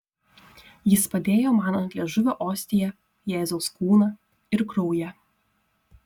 jis padėjo man ant liežuvio ostiją jėzaus kūną ir kraują